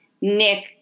Nick